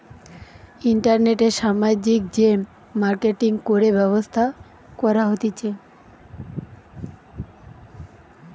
ইন্টারনেটে সামাজিক যে মার্কেটিঙ করে ব্যবসা করা হতিছে